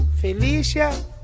Felicia